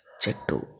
చెట్టు